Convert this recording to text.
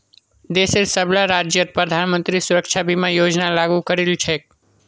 देशेर सबला राज्यत प्रधानमंत्री सुरक्षा बीमा योजना लागू करील छेक